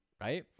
right